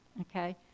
okay